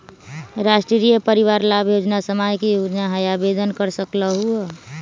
राष्ट्रीय परिवार लाभ योजना सामाजिक योजना है आवेदन कर सकलहु?